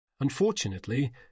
Unfortunately